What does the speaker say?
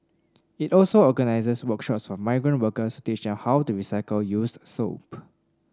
it also organises workshops for migrant workers to teach them how to recycle used soap